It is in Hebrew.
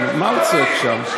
מה הוא צועק שם?